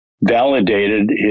validated